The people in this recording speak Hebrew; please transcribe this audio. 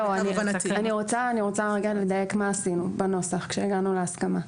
אני רוצה לדייק מה עשינו בנוסח עת הגענו להסכמה.